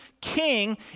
king